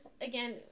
again